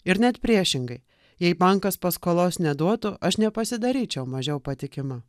ir net priešingai jei bankas paskolos neduotų aš nepasidaryčiau mažiau patikima